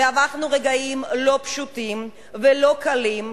ועברנו רגעים לא פשוטים ולא קלים,